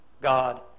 God